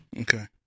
Okay